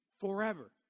forever